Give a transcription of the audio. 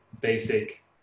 basic